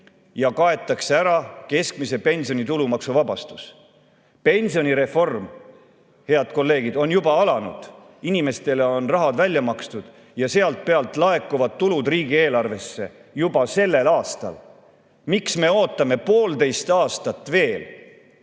ja kaetakse ära keskmise pensioni tulumaksust vabastus. Pensionireform, head kolleegid, on juba alanud, inimestele on raha välja makstud ja selle pealt laekub tulu riigieelarvesse juba sellel aastal. Miks me ootame poolteist aastat veel?